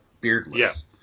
beardless